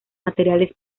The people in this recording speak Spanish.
materiales